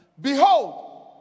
behold